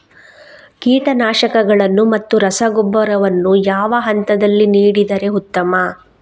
ಕೀಟನಾಶಕಗಳನ್ನು ಮತ್ತು ರಸಗೊಬ್ಬರವನ್ನು ಯಾವ ಹಂತದಲ್ಲಿ ನೀಡಿದರೆ ಉತ್ತಮ?